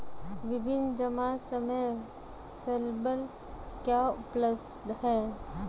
विभिन्न जमा समय स्लैब क्या उपलब्ध हैं?